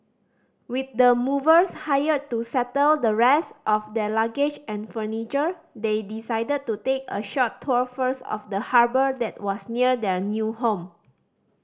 with the movers hired to settle the rest of their luggage and furniture they decided to take a short tour first of the harbour that was near their new home